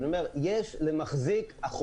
אני אומר שיש למחזיק החומ"ס,